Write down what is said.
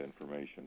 information